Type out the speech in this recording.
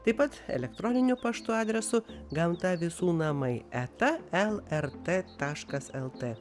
taip pat elektroniniu paštu adresu gamta visų namai eta lrt taškas lt